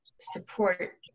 support